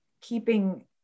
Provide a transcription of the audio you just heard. keeping